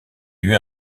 lui